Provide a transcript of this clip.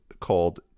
called